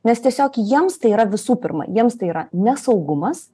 nes tiesiog jiems tai yra visų pirma jiems tai yra ne saugumas